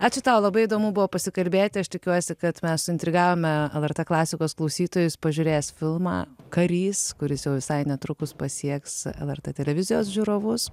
ačiū tau labai įdomu buvo pasikalbėti aš tikiuosi kad mes suintrigavome lrt klasikos klausytojus pažiūrės filmą karys kuris jau visai netrukus pasieks lrt televizijos žiūrovus